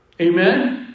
Amen